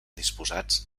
disposats